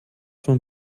von